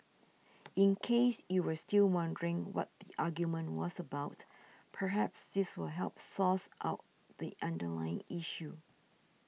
in case you were still wondering what the argument was about perhaps this will help source out the underlying issue